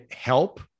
help